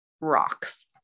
rocks